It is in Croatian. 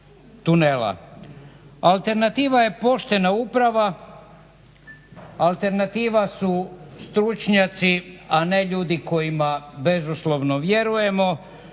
Alternativa je poštena uprava, alternativa su stručnjaci, a ne ljudi kojima bezuslovno vjerujemo,